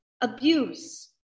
abuse